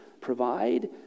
provide